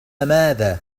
ماذا